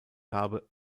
habe